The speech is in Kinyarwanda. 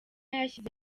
yashyize